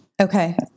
Okay